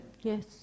Yes